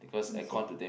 is it